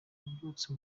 ububyutse